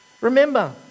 Remember